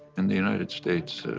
in the united states,